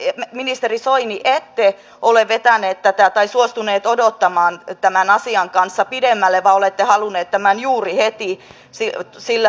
te ministeri soini ette ole vetänyt tätä tai suostunut odottamaan tämän asian kanssa pidemmälle vaan olette halunnut tämän juuri heti